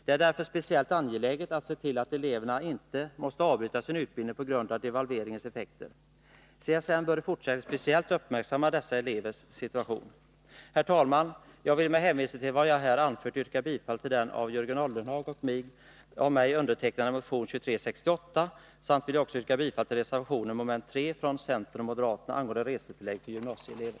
Det är därför speciellt angeläget att se till att eleverna inte måste avbryta sin utbildning på grund av devalveringens effekter. CSN bör i fortsättningen speciellt uppmärksamma dessa elevers situation. Herr talman! Jag vill med hänvisning till vad jag här anfört yrka bifall till den av Jörgen Ullenhag och mig undertecknade motionen 2368 och också yrka bifall till reservationen — moment 3 — från centerpartister och moderater angående resetillägg för gymnasieelever.